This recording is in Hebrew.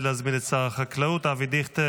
לממשלה 4 שר משרד החקלאות וביטחון המזון אבי דיכטר: